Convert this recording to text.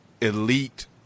elite